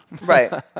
Right